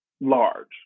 large